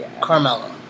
Carmelo